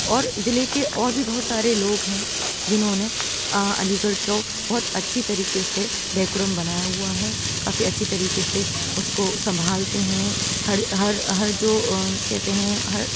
اور ضلعے کے اور بھی بہت سارے لوگ ہیں جنہوں نے علی گڑھ کو بہت اچھی طریقے سے ڈیکورم بنایا ہُوا ہے کافی اچھی طریقے سے اُس کو سنبھالتے ہیں ہر ہر ہر جو کہتے ہیں ہر